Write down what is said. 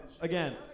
Again